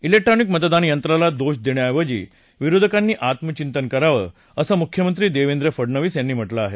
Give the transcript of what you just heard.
electronic मतदान यंत्राला दोष देण्याऐवजी विरोधकांनी आत्मचिंतन करावं असं मुख्यमंत्री देवेंद्र फडणवीस यांनी म्हटलं आहे